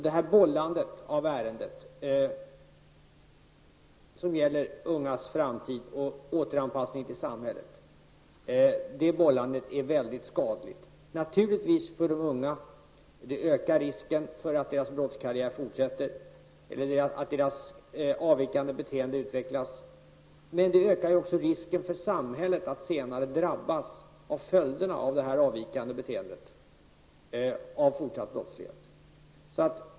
Detta bollande av ärenden som gäller unga människors framtid och återanpassning till samhället är mycket skadligt. Det ökar naturligtvis risken för att deras brottskarriär fortsätter eller att deras avvikande beteende utvecklas. Men det ökar också riskerna för samhället att senare drabbas av effekterna av detta avvikande beteende och denna fortsatta brottslighet.